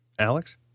Alex